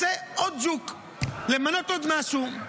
רוצה עוד ג'וק, למנות עוד משהו?